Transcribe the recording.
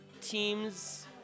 teams